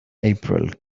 april